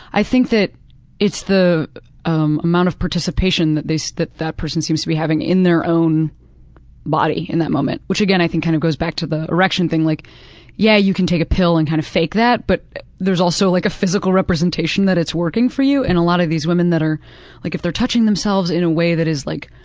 i think that it's the um amount of participation that that that person seems to be having in their own body in that moment, which again i think kind of goes back to the erection thing. like yeah you can take a pill and kind of fake that but there's also like a physical representation that it's working for you, and a lot of these women like, if they're touching themselves in a way that is like,